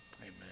Amen